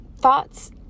thoughts